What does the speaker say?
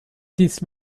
these